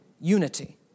unity